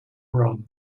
rum